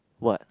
what